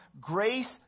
grace